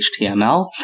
html